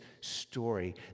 story